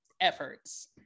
efforts